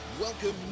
Welcome